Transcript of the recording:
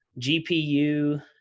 GPU